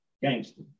gangster